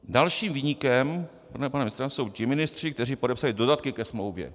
Dalším viníkem podle pana ministra jsou ti ministři, kteří podepsali dodatky ke smlouvě.